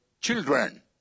children